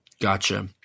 Gotcha